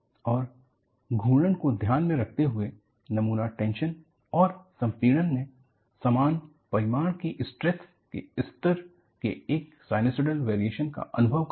और घुर्णन को ध्यान में रखते हुए नमूना टेंशन और संपीड़न में समान परिमाण के स्ट्रेस के स्तर के एक साइनोसॉयल वेरीऐशन का अनुभव करता है